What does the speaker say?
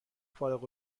فارغ